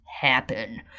happen